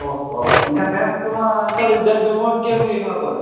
ᱚ ᱦᱚᱸ ᱮᱱᱠᱷᱟᱱ ᱱᱮᱥ ᱠᱚᱢᱟ ᱟᱹᱱᱠᱷᱟᱹᱲᱤ ᱡᱟᱠ ᱡᱚᱢᱚᱠ ᱜᱮ ᱦᱩᱭᱟᱠᱟᱱᱟ ᱛᱚᱵᱮ